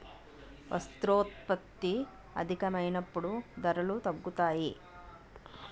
వస్తోత్పత్తి అధికమైనప్పుడు ధరలు తగ్గుతాయి